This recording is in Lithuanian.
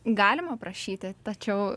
galima prašyti tačiau